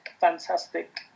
fantastic